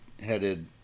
headed